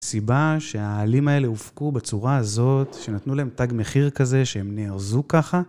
סיבה שהעלים האלה הופקו בצורה הזאת, שנתנו להם תג מחיר כזה, שהם נארזו ככה.